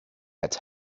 had